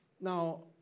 Now